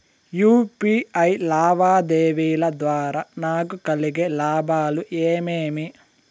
UPI లావాదేవీల ద్వారా నాకు కలిగే లాభాలు ఏమేమీ?